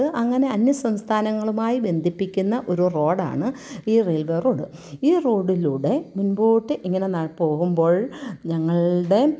അങ്ങനെ അന്യസംസഥാനങ്ങളുമായി ബന്ധിപ്പിക്കുന്ന ഒരു റോഡാണ് ഈ റെയിൽ വേ റോഡ് ഈ റോഡിലൂടെ മുൻപോട്ട് ഇങ്ങനെ പോകുമ്പോൾ ഞങ്ങളുടെ